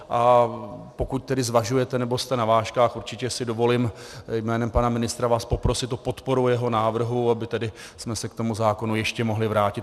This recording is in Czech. A pokud tedy zvažujete nebo jste na vážkách, určitě si dovolím jménem pana ministra vás poprosit o podporu jeho návrhu, abychom se tedy k tomu zákonu ještě mohli vrátit.